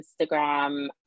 Instagram